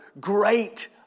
great